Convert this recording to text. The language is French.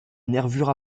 nervures